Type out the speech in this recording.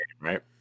right